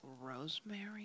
rosemary